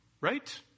Right